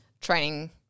training